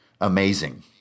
amazing